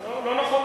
לא נכון.